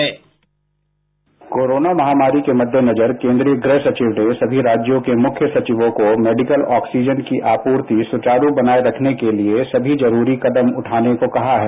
bite corona महामाहरी के मद्देनजर केंद्रीय गृह सचिव ने सभी राज्यों के मुख्य सचिवों को मेडिकल ऑक्सीजन की आपूर्ति सुचारू बनाए रखने के लिए सभी जरूरी कदम उठाने को कहा है